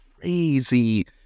crazy